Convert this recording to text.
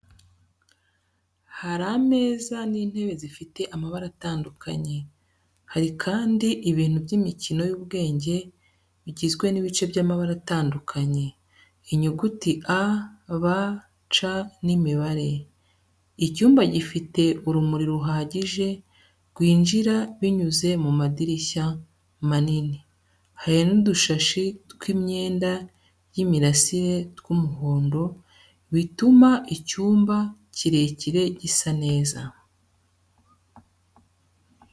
Hari ameza n'intebe zifite amabara atandukanye, hari kandi ibintu by'imikino y'ubwenge bigizwe n'ibice by'amabara atandukanye, inyuguti A, B, C n'imibare. Icyumba gifite urumuri ruhagije rwinjira binyuze mu madirishya manini, hari n’udushashi tw’imyenda y’imirasire tw’umuhondo, bituma icyumba kirekire gisa neza .